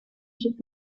should